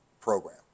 program